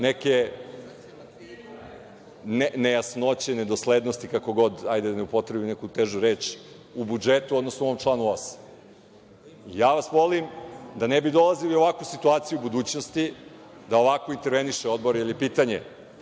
neke nejasnoće, nedoslednosti, kako god, hajde da ne upotrebim neku težu reč, u budžetu, odnosno u ovom članu 8.Ja vas molim, da ne bi dolazili u ovakvu situaciju u budućnosti, da ovako interveniše Odbor, jer je pitanje